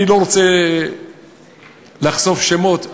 אני לא רוצה לחשוף שמות,